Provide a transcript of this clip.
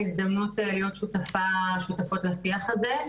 ההזדמנות להיות שותפות לשיח הזה.